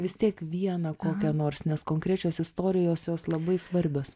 vis tiek vieną kokią nors nes konkrečios istorijos jos labai svarbios